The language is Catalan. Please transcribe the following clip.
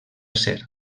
ser